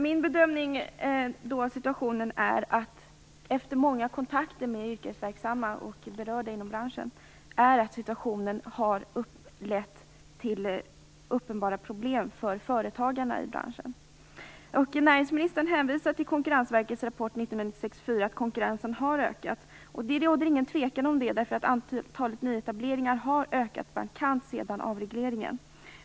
Min bedömning av situationen, efter många kontakter med yrkesverksamma och berörda inom branschen, är att den har lett till uppenbara problem för företagarna i branschen. Näringsministern hänvisar till Konkurrensverkets rapport 1996:4 och säger att konkurrensen har ökat. Det råder inte någon tvekan om det eftersom antalet nyetableringar markant har ökat sedan avregleringen.